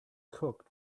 cooked